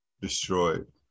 destroyed